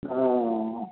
अँह